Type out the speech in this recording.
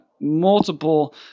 multiple